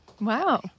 Wow